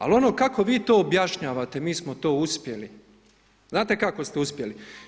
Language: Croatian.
Ali ono kako vi to objašnjavate, mi smo to uspjeli, znate kako smo uspjeli.